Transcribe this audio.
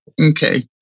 okay